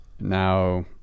Now